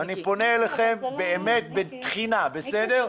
אני פונה אליכם באמת בתחינה, בסדר?